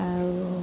ଆଉ